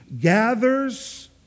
gathers